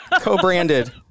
Co-branded